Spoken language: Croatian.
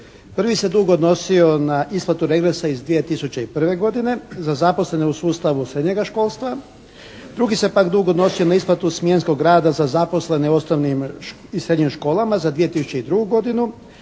Prvi dug se iznosio na isplatu regresa iz 2001. godine za zaposlene u sustavu srednjega školstva. Drugi se pak dug odnosio na isplatu smjenskog rada za zaposlene u osnovnim i srednjim školama za 2002. godinu,